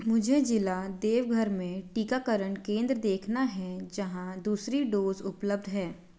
मुझे ज़िला देवघर में टीकाकरण केंद्र देखना है जहाँ दूसरी डोज़ उपलब्ध है